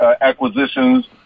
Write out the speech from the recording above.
acquisitions